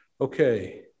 Okay